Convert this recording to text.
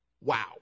wow